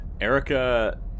Erica